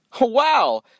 Wow